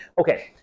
Okay